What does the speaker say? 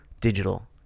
digital